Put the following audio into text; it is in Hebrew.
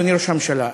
אדוני ראש הממשלה,